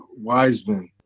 Wiseman